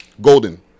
golden